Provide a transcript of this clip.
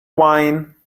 wine